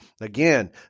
Again